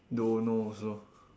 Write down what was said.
don't know also